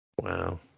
wow